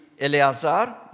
Eleazar